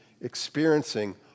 experiencing